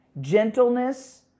gentleness